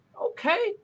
okay